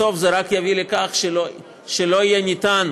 בסוף זה רק יביא לכך שלא יהיה אפשר